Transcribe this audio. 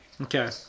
Okay